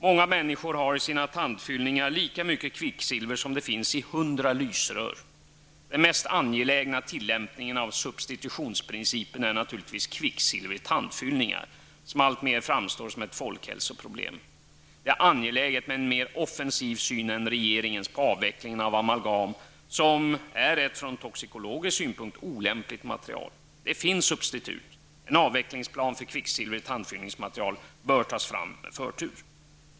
Många människor har i sina tandfyllningar lika mycket kvicksilver som det finns i 100 lysrör. Den mest angelägna tillämpningen av substitutionsprincipen gäller naturligtvis kvicksilver i tandfyllningar, som alltmer framstår som ett folkhälsoproblem. Det är angeläget med en mer offensiv syn än regeringens på avvecklingen av amalgam, som är ett från toxikologisk synpunkt olämpligt material. Det finns substitut. En avvecklingsplan för kvicksilver i tandfyllningsmaterial bör tas fram med förtur.